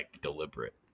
deliberate